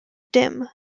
dim